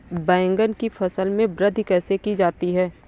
बैंगन की फसल में वृद्धि कैसे की जाती है?